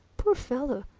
poor fellow!